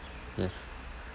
yes